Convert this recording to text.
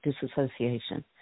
disassociation